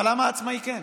אבל למה עצמאי כן?